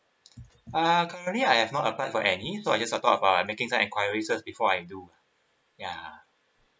uh currently I have not apply for any so I just thought about I making some enquiry just before I do ya